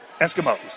Eskimos